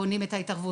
בונים את ההתערבות.